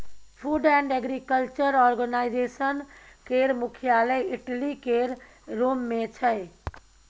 food and agriculture organisation केर मुख्यालय Italy केर रोम मे छै